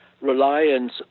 reliance